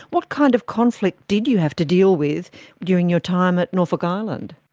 what kind of conflict did you have to deal with during your time at norfolk island?